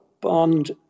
Bond